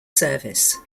service